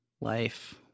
life